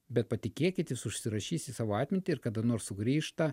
bet patikėkit jis užsirašys į savo atmintį ir kada nors sugrįžta